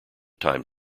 time